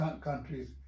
countries